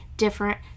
Different